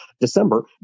December